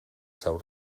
seu